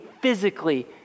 physically